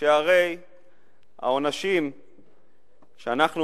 שהרי העונשים שאנחנו